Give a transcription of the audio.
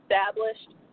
established